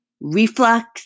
reflux